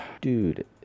Dude